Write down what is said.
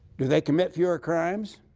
do they commit fewer crimes?